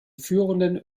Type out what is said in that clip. führenden